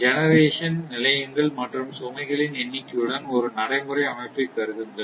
generation நிலையங்கள் மற்றும் சுமைகளின் எண்ணிக்கையுடன் ஒரு நடைமுறை அமைப்பைக் கருதுங்கள்